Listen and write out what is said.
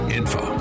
info